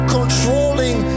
Controlling